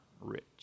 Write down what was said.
rich